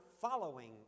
following